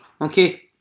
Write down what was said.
Okay